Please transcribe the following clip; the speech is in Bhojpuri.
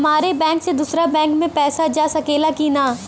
हमारे बैंक से दूसरा बैंक में पैसा जा सकेला की ना?